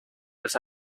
los